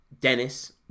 Dennis